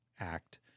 act